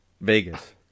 Vegas